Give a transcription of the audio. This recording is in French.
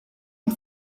une